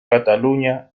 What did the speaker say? cataluña